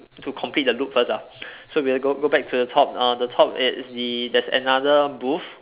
to complete the loop first ah so we'll go go back to the top uh the top it's the there's another booth